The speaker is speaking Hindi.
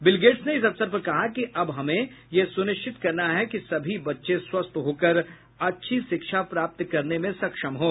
बिल गेट्स ने इस अवसर पर कहा कि अब हमें यह सुनिश्चित करना है कि सभी बच्चे स्वस्थ होकर अच्छी शिक्षा प्राप्त करने में सक्षम हों